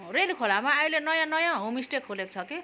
रेली खोलामा अहिले नयाँ नयाँ होमस्टे खोलेको छ कि